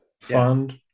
Fund